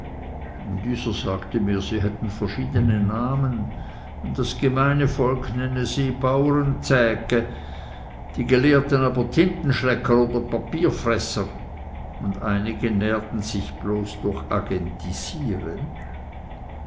dieser sagte mir sie hätten verschiedene namen das gemeine volk nenne sie baurenzägge die gelehrten aber tintenschlecker oder papierfresser und einige nährten sich bloß durch